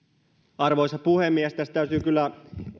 arvoisa puhemies tässä täytyy kyllä